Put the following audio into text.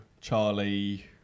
charlie